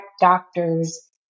doctors